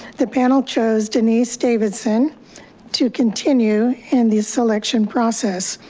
the panel chose denise davidson to continue in the selection process.